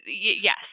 yes